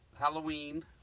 Halloween